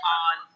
on